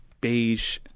beige